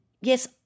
yes